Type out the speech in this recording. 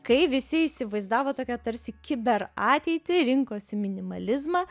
kai visi įsivaizdavo tokią tarsi kiber ateitį rinkosi minimalizmą